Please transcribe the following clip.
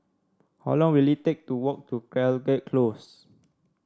how long will it take to walk to Caldecott Close